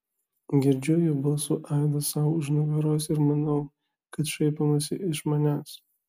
girdžiu jų balsų aidą sau už nugaros ir manau kad šaipomasi iš manęs